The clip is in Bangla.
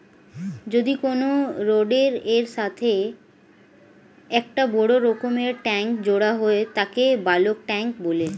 যদি কোনো রডের এর সাথে একটা বড় রকমের ট্যাংক জোড়া হয় তাকে বালক ট্যাঁক বলে